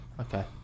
Okay